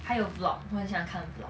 还有 vlog 我很喜欢看 vlog